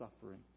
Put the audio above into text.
suffering